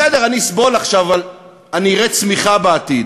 בסדר, אני אסבול עכשיו, אבל אני אראה צמיחה בעתיד.